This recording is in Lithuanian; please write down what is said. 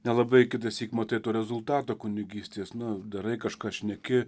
nelabai kitąsyk matai to rezultato kunigystės nu darai kažką šneki